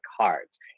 cards